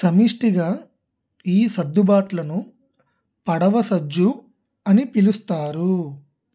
సమిష్టిగా ఈ సర్దుబాట్లను పడవ సజ్జు అని పిలుస్తారు